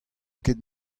ket